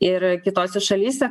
ir kitose šalyse